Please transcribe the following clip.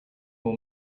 will